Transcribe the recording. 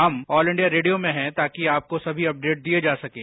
हम all India radio में हैं ताकि आपको सभी अपडेट दिए जा सकें